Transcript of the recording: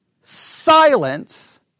silence